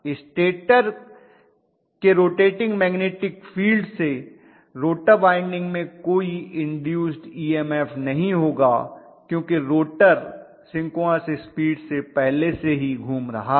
stator के rotating magnetic field से rotor winding में कोई इन्दूस्ड ईएमएफ नहीं होगा क्योंकि रोटर सिंक्रोनस स्पीड से पहले से ही घूम रहा है